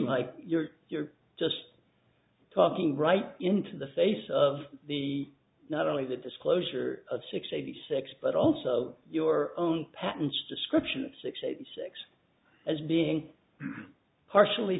like you're you're just talking right into the face of the not only the disclosure of six eighty six but also your own patents description of sixty six as being partially